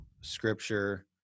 scripture